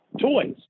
toys